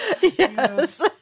Yes